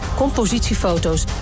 compositiefoto's